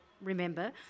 remember